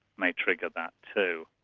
may trigger that too.